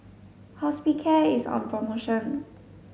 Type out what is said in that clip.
hospicare is on promotion